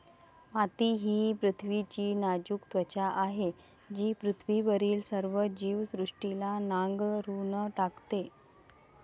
माती ही पृथ्वीची नाजूक त्वचा आहे जी पृथ्वीवरील सर्व जीवसृष्टीला नांगरून टाकते